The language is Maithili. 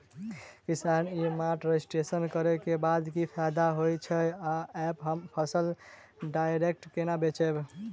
किसान ई मार्ट रजिस्ट्रेशन करै केँ बाद की फायदा होइ छै आ ऐप हम फसल डायरेक्ट केना बेचब?